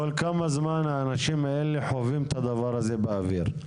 כל כמה זמן האנשים האלה חווים את הדבר הזה באוויר?